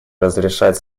разрешать